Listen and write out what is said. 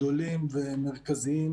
"המקפצה" זה הגוף שיצרנו מטה שיש לו